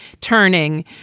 turning